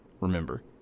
Remember